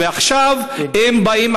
ועכשיו הם באים,